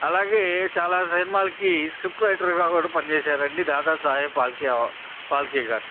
అలాగే చాలా సినిమాలకి స్క్రిప్ రైటర్గా కూడా పనిచేశారండి దాదా సాహెబ్ ఫాల్కే ఫాల్కే గారు